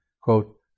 quote